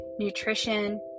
nutrition